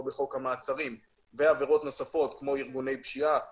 בחוק המעצרים ועבירות נוספות כמו ארגוני פשיעה וכדומה,